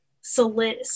solid